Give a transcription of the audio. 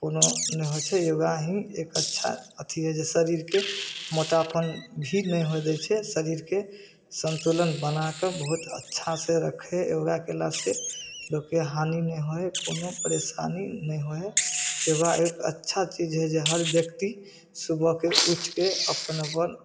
कोनो नहि होइ छै योगा ही एक अच्छा अथी हइ जे शरीरके मोटापन भी नहि होइ दै छै शरीरके सन्तुलन बनाकऽ बहुत अच्छासँ रखै योगा कएलासँ लोकके हानि नहि होइ हइ कोनो परेशानी नहि होइ हइ योगा एक अच्छा चीज हइ जे हर व्यक्ति सुबहके उठिके अपन अपन